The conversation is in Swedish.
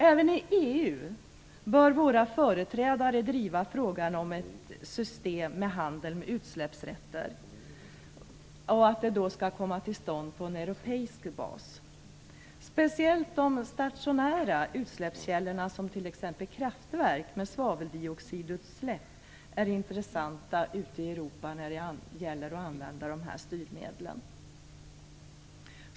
Även i EU bör våra företrädare driva frågan om ett system med handel med utsläppsrätter som kommer till stånd på en europeisk bas. Ute i Europa är speciellt de stationära utsläppskällorna som t.ex. kraftverk med svaveldioxidutsläpp intressanta när det gäller att använda de här styrmedlen.